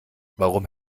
warum